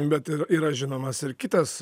bet ir yra žinomas ir kitas